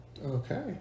Okay